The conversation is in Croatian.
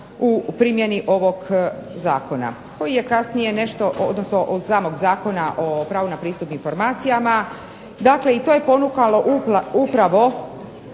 u primjeni ovog Zakona koji je kasnije nešto odnosno od samog zakona o pravu na pristup informacijama. Dakle, i to je ponukalo upravo